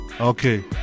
okay